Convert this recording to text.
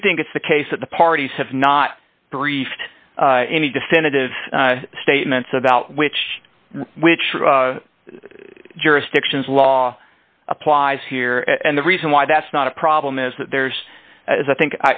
do think it's the case that the parties have not briefed any definitive statements about which which jurisdiction's law applies here and the reason why that's not a problem is that there's as i think